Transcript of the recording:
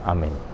Amen